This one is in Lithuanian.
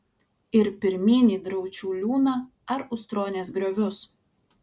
ir pirmyn į draučių liūną ar ustronės griovius